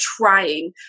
trying